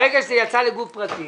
ברגע שזה יצא לגוף פרטי